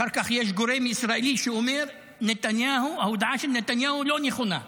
אחר כך יש גורם ישראלי שאומר: ההודעה של נתניהו לא נכונה.